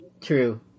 True